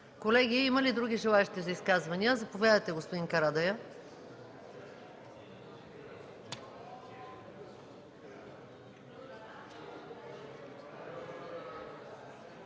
Колеги, има ли други желаещи за изказвания? Заповядайте, господин Карадайъ.